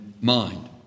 mind